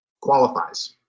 qualifies